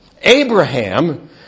Abraham